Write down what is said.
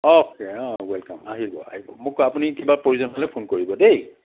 okay অঁ welcome আহিব আহিব মোক আপুনি কিবা প্ৰয়োজন হ'লে ফোন কৰিব দেই